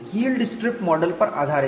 yield strip model पर आधारित